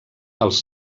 els